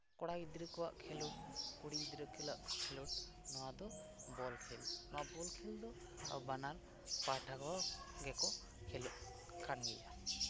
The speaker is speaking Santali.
ᱠᱚᱲᱟ ᱜᱤᱫᱽᱨᱟᱹ ᱠᱚᱣᱟᱜ ᱠᱷᱮᱞᱳᱰ ᱠᱩᱲᱤ ᱜᱤᱫᱽᱨᱟᱹ ᱠᱷᱮᱞᱳᱜ ᱟᱠᱚ ᱠᱷᱮᱞᱳᱰ ᱱᱚᱣᱟ ᱫᱚ ᱵᱚᱞ ᱠᱷᱮᱞ ᱱᱚᱣᱟ ᱵᱚᱞ ᱠᱷᱮᱞ ᱫᱚ ᱵᱟᱱᱟᱨ ᱯᱟᱦᱴᱟ ᱜᱮᱠᱚ ᱠᱷᱮᱞᱳᱜ ᱠᱟᱱ ᱜᱮᱭᱟ